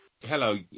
Hello